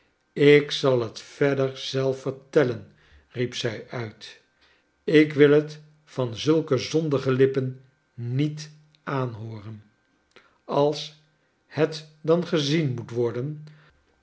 ik zal het verder zelf vertellen riep zij uit ik wil het van zulke zondige lippen niet aanhooren als het dan gezien moet worden